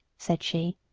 said she,